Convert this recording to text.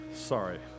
Sorry